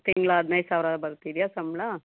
ತಿಂಗ್ಳು ಹದಿನೈದು ಸಾವಿರ ಬರ್ತಿದೆಯಾ ಸಂಬಳ